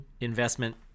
investment